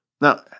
Now